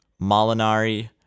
Molinari